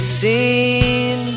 seen